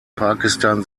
pakistan